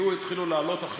התחילו להעלות,